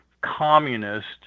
communist